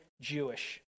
Jewish